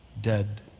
dead